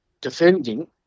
defending